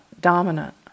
dominant